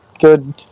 good